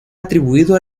atribuido